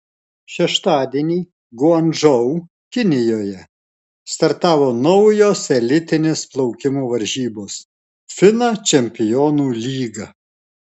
šeštadienį guangdžou kinijoje startavo naujos elitinės plaukimo varžybos fina čempionų lyga